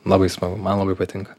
labai smagu man labai patinka